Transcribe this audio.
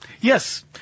Yes